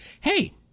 Hey